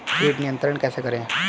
कीट नियंत्रण कैसे करें?